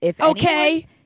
Okay